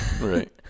Right